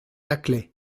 laclais